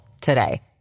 today